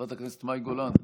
חברת הכנסת מאי גולן,